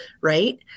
right